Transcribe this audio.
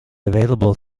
available